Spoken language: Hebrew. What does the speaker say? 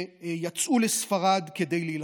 שיצאו לספרד כדי להילחם.